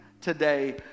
today